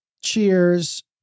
Cheers